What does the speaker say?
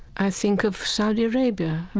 i think of saudi arabia,